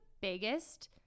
biggest